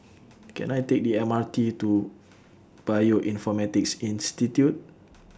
Can I Take The M R T to Bioinformatics Institute